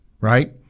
right